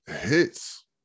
hits